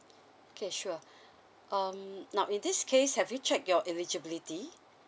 okay sure um now in this case have you check your eligibility